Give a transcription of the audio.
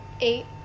Eight